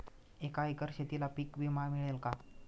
एका एकर शेतीला पीक विमा मिळेल का?